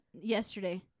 yesterday